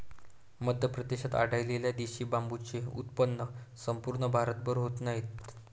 मध्य प्रदेशात आढळलेल्या देशी बांबूचे उत्पन्न संपूर्ण भारतभर होत नाही